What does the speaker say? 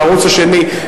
בערוץ השני,